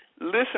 Listen